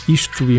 isto